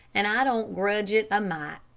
and i don't grudge it a mite.